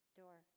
door